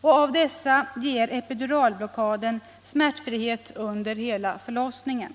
Av dessa ger epiduralblocka den smärtfrihet under hela förlossningen.